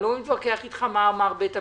אני לא מתווכח איתך מה אמר בית המשפט.